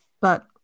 But-